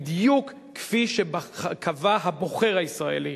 בדיוק כפי שקבע הבוחר הישראלי.